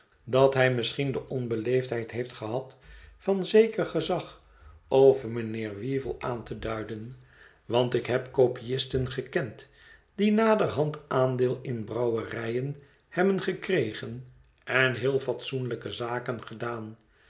dat hij misschien de onbeleefdheid heeft gehad van zeker gezag over mijnheer weevle aan te duiden want ik heb kopiisten gekend die naderhand aandeel in brouwerijen hebben gekregen en heel fatsoenlijke zaken gedaan